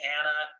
Anna